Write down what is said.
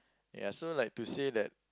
ya so like to say that